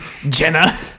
Jenna